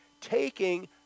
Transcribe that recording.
taking